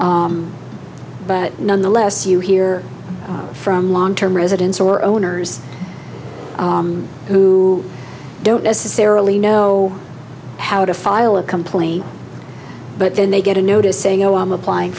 but nonetheless you hear from long term residents or owners who don't necessarily know how to file a complaint but then they get a notice saying oh i'm applying